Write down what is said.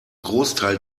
großteil